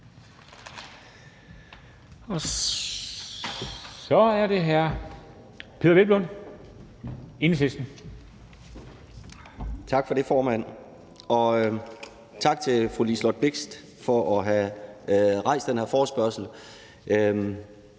(Ordfører) Peder Hvelplund (EL): Tak for det, formand. Og tak til fru Liselott Blixt for at have rejst den her forespørgselsdebat.